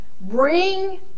bring